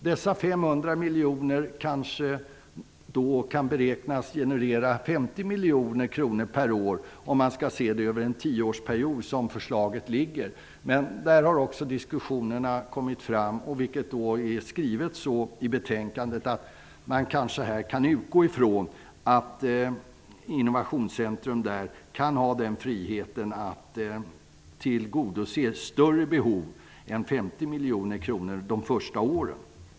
De 500 miljoner kronorna genererar 50 miljoner kronor per år över en tioårsperiod. Men man kanske kan utgå från att Innovationscentrum kan ha den friheten att tillgodose större behov än motsvarande 50 miljoner kronor de första åren.